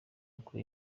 uko